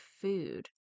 food